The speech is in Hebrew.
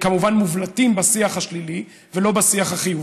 כמובן מובלטים בשיח השלילי ולא בשיח החיובי,